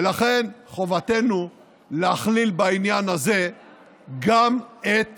ולכן חובתנו להכליל בעניין הזה גם את